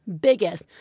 biggest